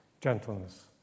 gentleness